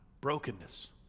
brokenness